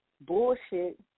bullshit